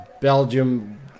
Belgium